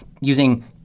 using